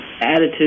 Attitude